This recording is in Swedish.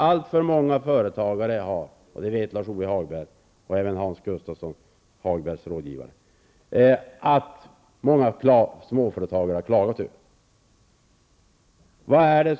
Alltför många företagare har klagat över detta -- och det vet både Vad har fyrklövern i beredskap, frågade Lars-Ove Hagberg.